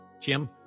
Jim